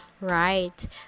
right